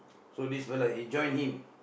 so this fella he join him